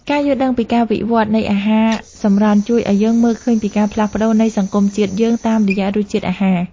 ការយល់ដឹងពីការវិវត្តនៃអាហារសម្រន់ជួយឱ្យយើងមើលឃើញពីការផ្លាស់ប្តូរនៃសង្គមជាតិយើងតាមរយៈរសជាតិអាហារ។